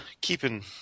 keeping